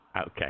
Okay